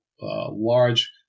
large